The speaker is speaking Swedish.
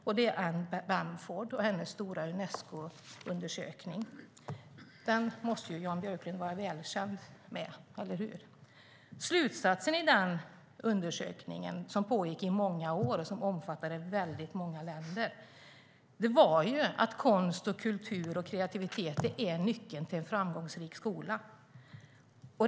Det är Anne Bamford. Hon har gjort en stor Unescoundersökning - den måste Jan Björklund vara väl bekant med, eller hur? Slutsatsen i den undersökningen, som pågick i många år och som omfattade väldigt många länder, var att konst, kultur och kreativitet är nyckeln till en framgångsrik skola.